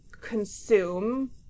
consume